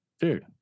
dude